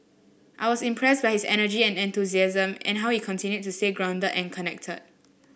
I was impressed by his energy and enthusiasm and how he continued to stay grounded and connected